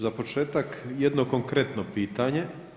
Za početak jedno konkretno pitanje.